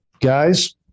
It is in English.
Guys